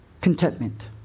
contentment